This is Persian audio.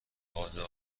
مغازه